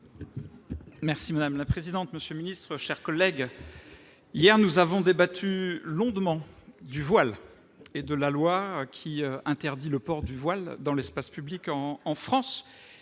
Merci madame la présidente, monsieur le ministre, chers collègues, hier nous avons débattu longuement du voile et de la loi qui interdit le port du voile dans l'espace public en France